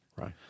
right